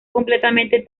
completamente